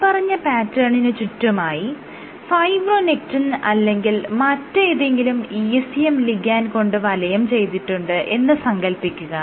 മേല്പറഞ്ഞ പാറ്റേണിന് ചുറ്റുമായി ഫൈബ്രോനെക്റ്റിൻ അല്ലെങ്കിൽ മറ്റേതെങ്കിലും ECM ലിഗാൻഡ് കൊണ്ട് വലയം ചെയ്തിട്ടുണ്ട് എന്ന് സങ്കൽപ്പിക്കുക